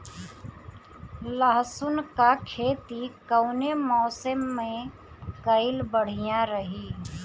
लहसुन क खेती कवने मौसम में कइल बढ़िया रही?